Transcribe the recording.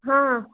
ಹಾಂ